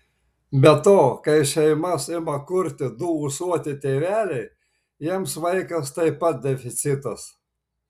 be to kai šeimas ima kurti du ūsuoti tėveliai jiems vaikas taip pat deficitas